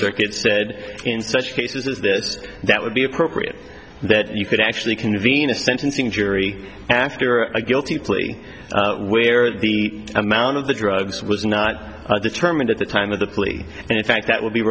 circuit said in such cases as this that would be appropriate that you could actually convene a sentencing jury after a guilty plea where the amount of the drugs was not determined at the time of the plea and in fact that would be